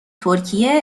ترکیه